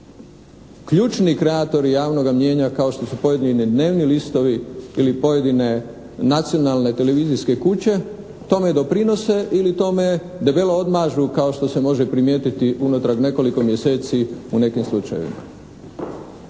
ključni kreatori javnoga mnijenja kao što su pojedini dnevni listovi ili pojedine nacionalne televizijske kuće tome doprinose ili tome debelo odmažu kao što se može primijetiti unatrag nekoliko mjeseci u nekim slučajevima?